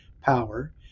power